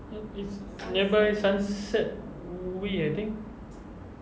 it's nearby sunset way I think